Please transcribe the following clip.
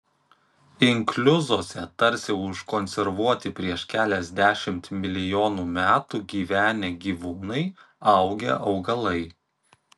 inkliuzuose tarsi užkonservuoti prieš keliasdešimt milijonų metų gyvenę gyvūnai augę augalai